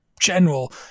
general